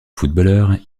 footballeur